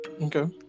okay